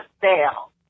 fail